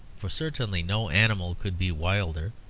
for certainly no animal could be wilder.